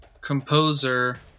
composer